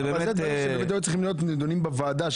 זה דברים שבגדול צריכים להיות נדונים בוועדה,